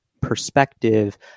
perspective